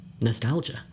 nostalgia